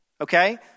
okay